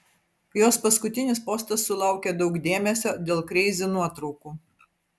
jos paskutinis postas sulaukė daug dėmesio dėl kreizi nuotraukų